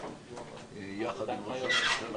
יחד עם ראש הממשלה,